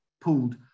pulled